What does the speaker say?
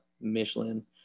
michelin